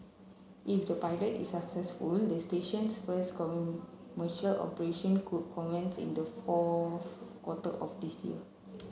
if the pilot is successful the station's first commercial operation could commence in the fourth quarter of this year